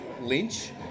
Lynch